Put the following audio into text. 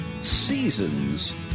Season's